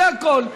זה הכול.